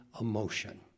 emotion